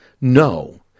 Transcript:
No